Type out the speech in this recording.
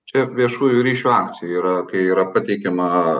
čia viešųjų ryšių akcija yra kai yra pateikiama